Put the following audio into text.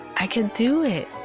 i can do it!